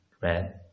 red